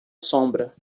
sombra